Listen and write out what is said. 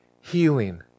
healing